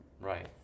Right